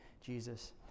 Jesus